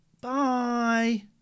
bye